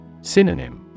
Synonym